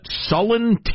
sullen